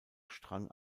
strang